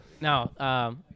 Now